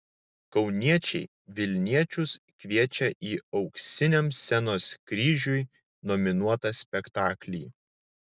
kauniečiai vilniečius kviečia į auksiniam scenos kryžiui nominuotą spektaklį